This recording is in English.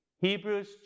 Hebrews